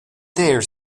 dare